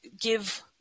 give